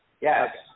Yes